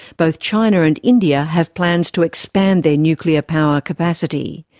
both china and india have plans to expand their nuclear power capacity.